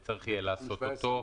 וצריך יהיה לעשות אותו.